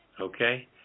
okay